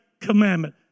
commandment